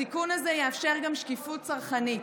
התיקון הזה יאפשר גם שקיפות צרכנית.